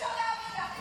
אי-אפשר להאמין לך.